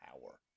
power